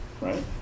Right